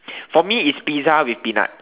for me is pizza with peanut